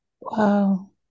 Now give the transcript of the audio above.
Wow